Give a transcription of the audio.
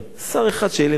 שרים שהם חסרי מעש.